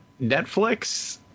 Netflix